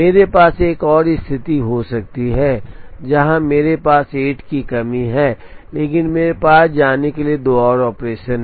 मेरे पास एक और स्थिति हो सकती है जहां मेरे पास 8 की कमी है लेकिन मेरे पास जाने के लिए दो और ऑपरेशन हैं